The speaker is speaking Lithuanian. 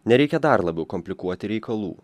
nereikia dar labiau komplikuoti reikalų